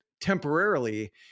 temporarily